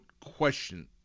question